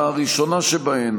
הראשונה שבהן,